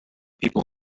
people